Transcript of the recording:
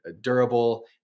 durable